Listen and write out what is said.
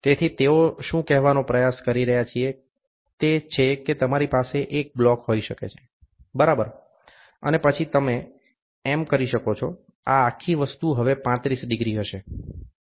તેથી તેઓ શું કહેવાનો પ્રયાસ કરી રહ્યા છે તે છે કે તમારી પાસે એક બ્લોક હોઈ શકે છે બરાબર અને પછી તમે એમ કરી શકો છો આ આખી વસ્તુ હવે 35 ડિગ્રી હશે